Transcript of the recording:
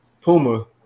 Puma